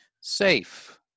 safe